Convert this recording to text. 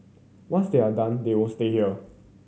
once they are done they won't stay here